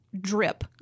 drip